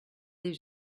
des